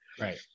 Right